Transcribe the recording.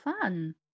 fun